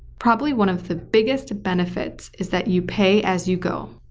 probably one of the biggest benefits is that you pay as you go.